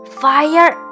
fire